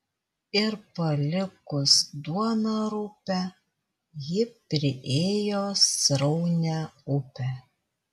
ir palikus duoną rupią ji priėjo sraunią upę